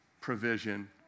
provision